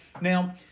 Now